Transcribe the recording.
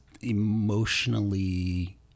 emotionally